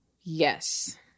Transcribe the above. Yes